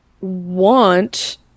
want